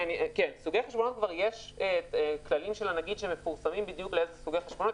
סוגי חשבונות כבר יש כללים של הנגיד שמתייחסים לאיזה סוגי חשבונות.